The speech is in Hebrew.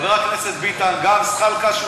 גם זחאלקה, גם זחאלקה.